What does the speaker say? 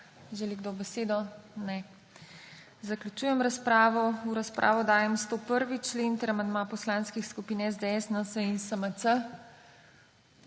Želi kdo besedo? Ne. Zaključujem razpravo. V razpravo dajem 101. člen ter amandma poslanskih skupin SDS, NSi in SMC.